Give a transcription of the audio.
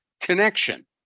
connection